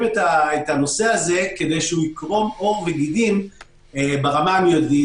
את הנושא הזה כדי שהוא יקרום עור וגידים ברמה המידית.